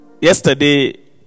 Yesterday